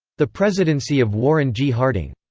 the presidency of warren g. harding.